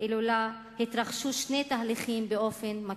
אילולא התרחשו שני תהליכים במקביל: